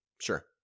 Sure